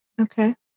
Okay